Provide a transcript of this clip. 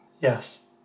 Yes